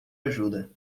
ajuda